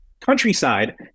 Countryside